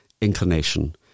inclination